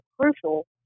crucial